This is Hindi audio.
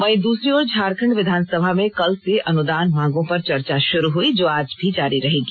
वहीं दूसरी ओर झारखंड विधानसभा में कल से अनुदान मांगों पर चर्चा शुरू हुई जो आज भी जारी रहेगी